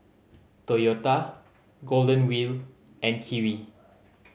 Toyota Golden Wheel and Kiwi